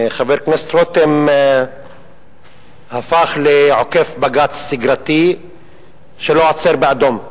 חבר הכנסת רותם הפך לעוקף בג"ץ סדרתי שלא עוצר באדום.